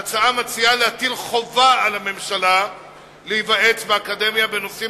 בהצעת החוק מוצע להטיל חובה על הממשלה להיוועץ באקדמיה בנושאים